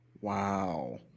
Wow